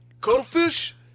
Cuttlefish